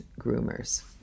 Groomers